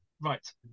Right